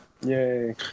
Yay